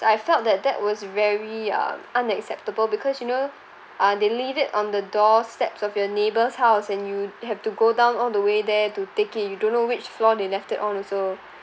I felt that that was very um unacceptable because you know ah they leave it on the door steps of your neighbor's house and you have to go down all the way there to take it you don't know which floor they left it on also